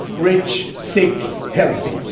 rich, sick, healthy,